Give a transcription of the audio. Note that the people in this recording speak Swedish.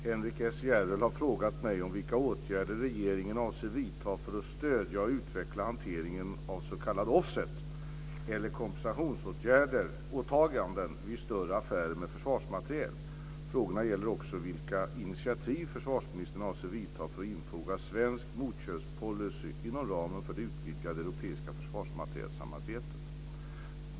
Fru talman! Henrik S Järrel har frågat mig vilka åtgärder regeringen avser att vidta för att stödja och utveckla hanteringen av s.k. offset eller kompensationsåtaganden vid större affärer med försvarsmateriel. Frågorna gäller också vilka initiativ försvarsministern avser att vidta för att infoga svensk motköpspolicy inom ramen för det utvidgade europeiska försvarsmaterielsamarbetet.